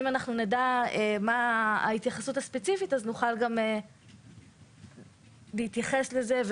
אם נדע מה ההתייחסות הספציפית נוכל גם להתייחס לזה.